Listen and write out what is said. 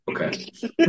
Okay